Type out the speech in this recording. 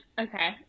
okay